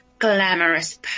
Glamorous